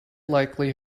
likely